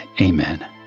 Amen